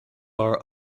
our